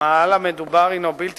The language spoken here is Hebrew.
ביום ח' בכסלו התש"ע (25 בנובמבר 2009): בליל שבת